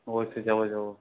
অবশ্যই যাবো যাবো